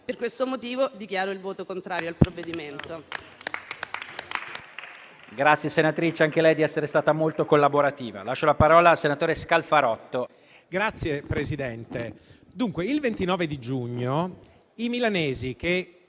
Per questo motivo, dichiaro il voto contrario al provvedimento